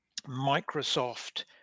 Microsoft